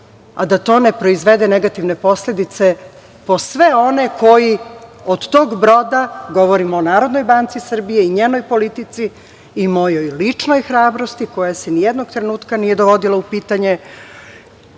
a da to ne proizvede negativne posledice po sve one koji od tog broda, govorim o Narodnoj banci Srbije i njenoj politici i mojoj ličnoj hrabrosti koja se ni jednog trenutka nije dovodila u pitanje,